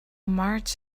march